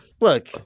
Look